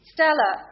Stella